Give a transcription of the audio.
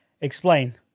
explain